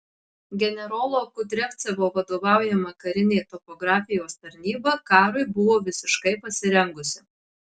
generolo kudriavcevo vadovaujama karinė topografijos tarnyba karui buvo visiškai pasirengusi